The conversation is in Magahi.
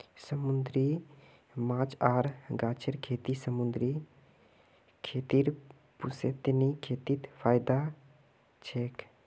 समूंदरी माछ आर गाछेर खेती समूंदरी खेतीर पुश्तैनी खेतीत फयदा छेक